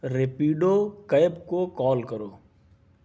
Rapido cab کو call کرو